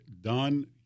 done